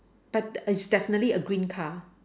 but it's definitely a green car